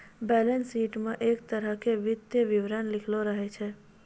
balance sheet म एक तरह स वित्तीय विवरण लिखलो रहै छै